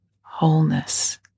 wholeness